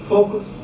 Focus